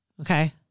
Okay